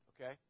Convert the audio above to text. okay